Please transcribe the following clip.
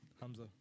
Hamza